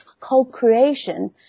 co-creation